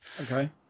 Okay